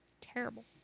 Terrible